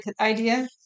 idea